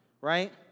right